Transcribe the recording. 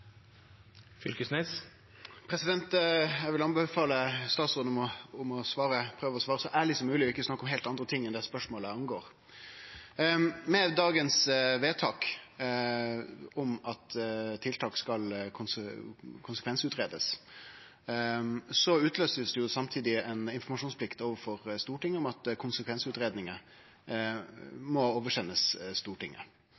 vil anbefale statsråden å prøve å svare så ærleg som mogleg og ikkje snakke om heilt andre ting enn det spørsmålet angår. Med dagens vedtak om at tiltak skal konsekvensutgreiast, blir det samtidig utløyst ei informasjonsplikt overfor Stortinget om at